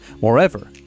Moreover